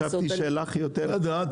אני חשבתי שלך יותר --- מהמועצות האזוריות.